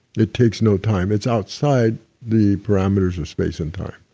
it takes no time it's outside the parameters of space and time.